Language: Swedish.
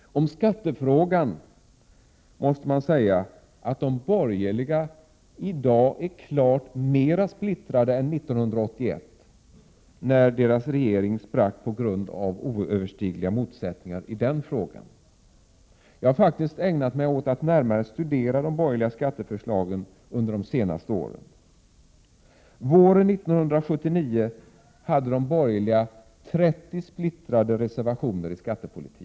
Om skattefrågan måste man säga att de borgerliga i dag är klart mer splittrade än 1981, när deras regering sprack på grund av oöverstigliga motsättningar i den frågan. Jag har faktiskt ägnat mig åt att närmare studera de borgerliga skatteförslagen under de senaste åren. Våren 1979 hade de borgerliga 30 splittrade reservationer inom skattepolitiken.